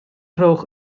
rhowch